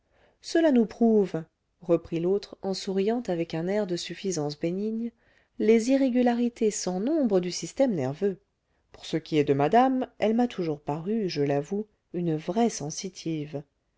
cela nous prouve reprit l'autre en souriant avec un air de suffisance bénigne les irrégularités sans nombre du système nerveux pour ce qui est de madame elle m'a toujours paru je l'avoue une vraie sensitive